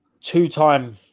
two-time